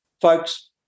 Folks